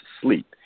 sleep